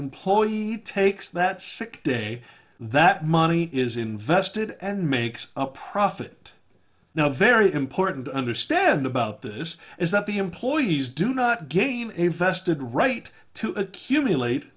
employee takes that sick day that money is invested and makes a profit now very important to understand about this is that the employees do not gain infested right to accumulate